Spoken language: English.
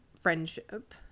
friendship